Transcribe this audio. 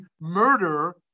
murder